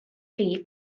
chi